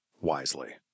wisely